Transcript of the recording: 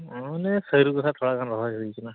ᱚᱱᱮ ᱥᱟᱹᱨᱩ ᱜᱮᱦᱟᱸᱜ ᱛᱷᱚᱲᱟ ᱜᱟᱱ ᱨᱚᱦᱚᱭ ᱦᱩᱭᱟᱠᱟᱱᱟ